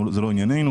זה לא ענייננו,